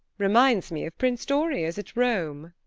reminds me of prince doria's at rome.